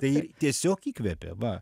tai tiesiog įkvepia va